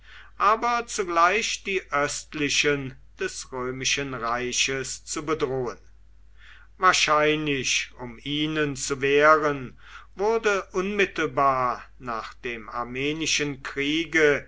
aber zugleich die östlichen des römischen reiches zu bedrohen wahrscheinlich um ihnen zu wehren wurde unmittelbar nach dem armenischen kriege